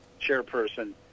chairperson